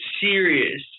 serious